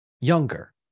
younger